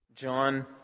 John